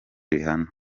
rihanna